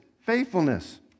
faithfulness